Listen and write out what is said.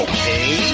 Okay